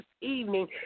evening